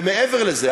ומעבר לזה,